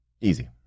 Easy